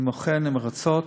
אני מוחה נמרצות.